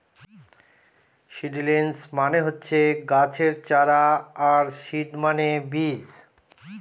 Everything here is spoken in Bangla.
সিডিলিংস মানে হচ্ছে গাছের চারা আর সিড মানে বীজ